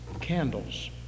candles